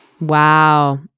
Wow